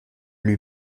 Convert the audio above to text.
lui